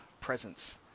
presence